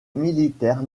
militaire